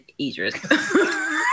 Idris